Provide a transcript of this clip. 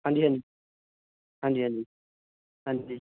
ਹਾਂਜੀ ਹਾਂਜੀ ਹਾਂਜੀ ਹਾਂਜੀ ਹਾਂਜੀ